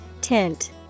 tint